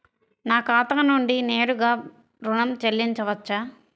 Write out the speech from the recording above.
నా ఖాతా నుండి నేరుగా ఋణం చెల్లించవచ్చా?